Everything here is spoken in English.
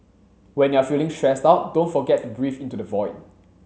when you are feeling stressed out don't forget to breathe into the void